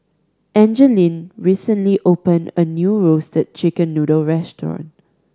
Angeline recently opened a new Roasted Chicken Noodle restaurant